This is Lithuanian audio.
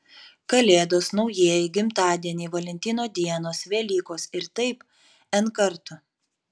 kalėdos naujieji gimtadieniai valentino dienos velykos ir taip n kartų